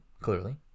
clearly